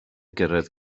gyrraedd